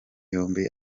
yombi